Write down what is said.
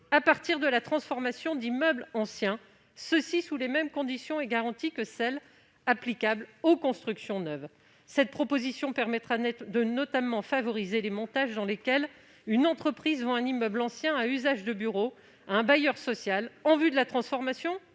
à partir de la transformation d'immeubles anciens, sous les mêmes conditions et garanties que celles qui sont applicables aux constructions neuves. Cette proposition permettra notamment de favoriser les montages dans lesquels une entreprise vendrait un immeuble ancien à usage de bureaux à un bailleur social, en vue de sa transformation